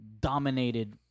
dominated